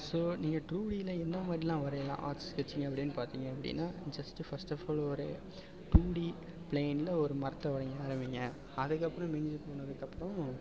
so நீங்கள் two டியில் என்ன மாதிரில்லாம் வரையலாம் ஆர்ட் ஸ்கெட்ச்சிங் அப்படின்னு பார்த்தீங்க அப்படின்னா ஜஸ்ட் ஃபஸ்ட் ஆப் ஆல் ஒரு டூ டி ப்ளைனில் ஒரு மரத்தை வரைய ஆரம்பியுங்க அதுக்கப்புறம் மிஞ்சிப் போனதுக்கப்புறம்